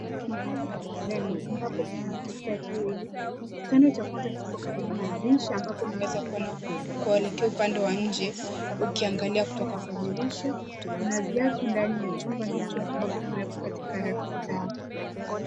Mahali pa kulala ambapo kuna vitanda viwili. Kitanda cha kwanza kiko karibu na dirisha ambapo unaweza kuona kuelekea upande wa nje. Ukiangalia kutoka kwa dirisha kuna viatu ndani ya chumba hicho, ambavyo vimewekwa katika rafu zao.